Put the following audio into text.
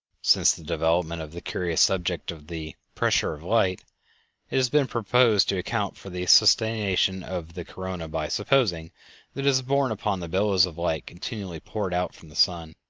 since the development of the curious subject of the pressure of light' it has been proposed to account for the sustentation of the corona by supposing that it is borne upon the billows of light continually poured out from the sun.